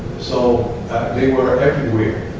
so they were everywhere.